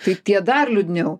tai tie dar liūdniau